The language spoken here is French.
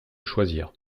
choisir